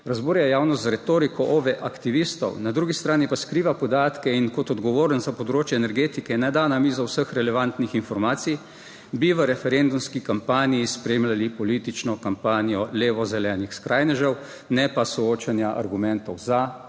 razburja javnost z retoriko OV aktivistov, na drugi strani pa skriva podatke in kot odgovoren za področje energetike ne da na mizo vseh relevantnih informacij, bi v referendumski kampanji spremljali politično kampanjo levo zelenih skrajnežev, ne pa soočenja argumentov za